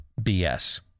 BS